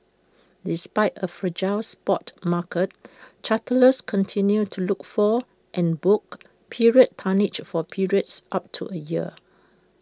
despite A fragile spot market charterers continued to look for and book period tonnage for periods up to A year